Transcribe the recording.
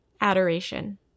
Adoration